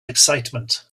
excitement